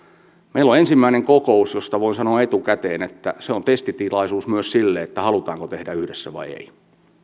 meillä on ensimmäinen kokous josta voin sanoa etukäteen että se on testitilaisuus myös sille halutaanko tehdä yhdessä vai ei